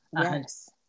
Yes